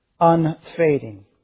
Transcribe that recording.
unfading